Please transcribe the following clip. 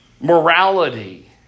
morality